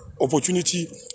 opportunity